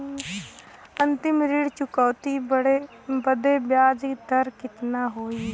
अंतिम ऋण चुकौती बदे ब्याज दर कितना होई?